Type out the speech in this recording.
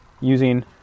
using